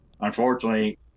Unfortunately